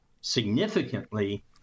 significantly